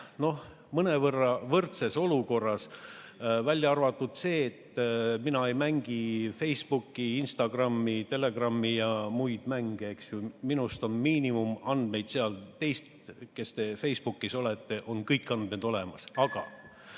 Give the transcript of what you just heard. mõnevõrra võrdses olukorras, välja arvatud see, et mina ei mängi Facebooki, Instagrammi, Telegrammi ega muid mänge. Minust on seal miinimum andmeid, teist, kes te Facebookis olete, on kõik andmed olemas.